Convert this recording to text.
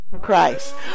Christ